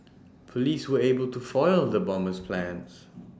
Police were able to foil the bomber's plans